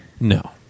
No